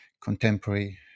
contemporary